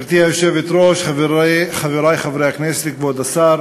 גברתי היושבת-ראש, חברי חברי הכנסת, כבוד השר,